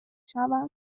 شود